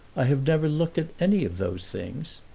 i have never looked at any of those things.